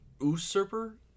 usurper